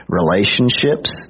relationships